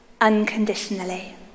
unconditionally